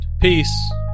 Peace